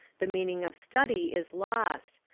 the meaning of study is lost.